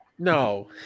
No